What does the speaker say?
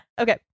okay